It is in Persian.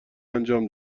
انجام